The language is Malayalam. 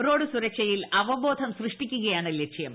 റോഡ് സുരക്ഷയിൽ അവബോധം സൃഷ്ടിക്കുകയാണ് ലക്ഷ്യം